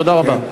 תודה רבה.